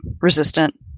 resistant